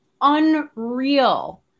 unreal